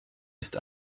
ist